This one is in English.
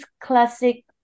classic